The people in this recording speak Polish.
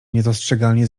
niedostrzegalnie